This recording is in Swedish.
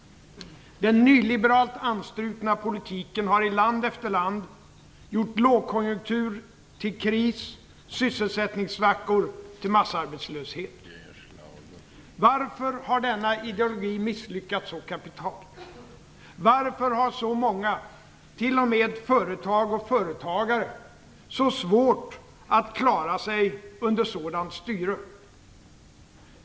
Den nyliberalt anstrukna politiken har i land efter land gjort lågkonjunktur till kris, sysselsättningssvackor till massarbetslöshet. Varför har denna ideologi misslyckats så kapitalt? Varför har så många, t.o.m. företag och företagere, så svårt att klara sig under sådant styre?